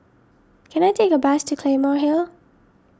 can I take a bus to Claymore Hill